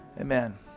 Amen